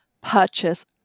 purchase